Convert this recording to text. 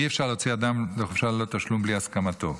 אי-אפשר להוציא אדם לחופשה ללא תשלום בלי הסכמתו.